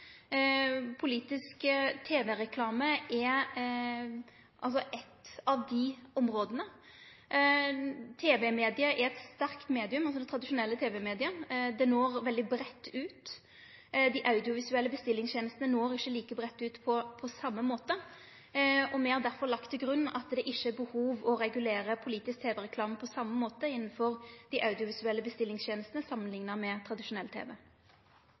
Politisk tv-reklame er eit av dei områda. Det tradisjonelle tv-mediet er eit sterkt medium, det når veldig breitt ut. Dei audiovisuelle bestillingstenestene når ikkje like breitt ut på same måte. Me har derfor lagt til grunn at det ikkje er behov for å regulere politisk tv-reklame på same måte innanfor dei audiovisuelle bestillingstenestene samanlikna med tradisjonell